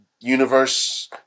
universe